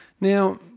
Now